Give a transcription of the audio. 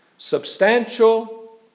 Substantial